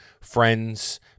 friends